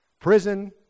prison